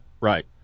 Right